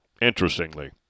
interestingly